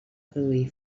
produir